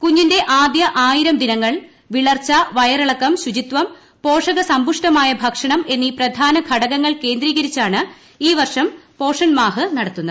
കുഞ്ഞിന്റെ ആദ്യ ആയിരം ദിനങ്ങൾ വിളർച്ച വയറിളക്കം ശുചിത്വം പോഷകസമ്പുഷ്ടമായു ഭൂക്ഷണം എന്നീ പ്രധാന ഘടകങ്ങൾ കേന്ദ്രീകരിച്ചാണ് ഈ വർഷുപ്പ്രോഷൺമാഹ് നടത്തുന്നത്